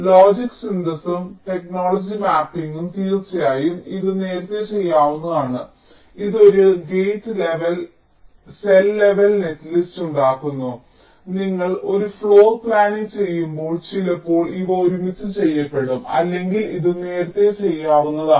logic സിന്തസിസും technology മാപ്പിംഗും തീർച്ചയായും ഇത് നേരത്തെ ചെയ്യാവുന്നതാണ് ഇത് ഒരു gate level cell level netlist ഉണ്ടാക്കുന്നു നിങ്ങൾ ഒരു ഫ്ലോർ പ്ലാനിംഗ് ചെയ്യുമ്പോൾ ചിലപ്പോൾ ഇവ ഒരുമിച്ച് ചെയ്യപ്പെടും അല്ലെങ്കിൽ ഇത് നേരത്തേ ചെയ്യാവുന്നതാണ്